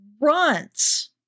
runs